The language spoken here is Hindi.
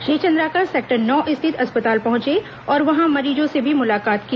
श्री चंद्राकर सेक्टर नौ स्थित अस्पताल पहुंचे और वहां मरीजों से भी मुलाकात की